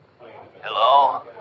Hello